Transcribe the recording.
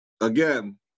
Again